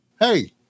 Hey